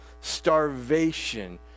Starvation